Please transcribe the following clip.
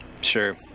Sure